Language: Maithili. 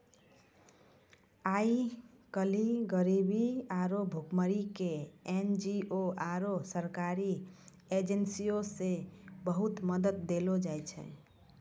आइ काल्हि गरीबी आरु भुखमरी के एन.जी.ओ आरु सरकारी एजेंसीयो से बहुते मदत देलो जाय छै